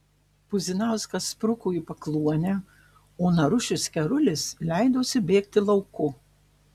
puzinauskas spruko į pakluonę o narušis kerulis leidosi bėgti lauku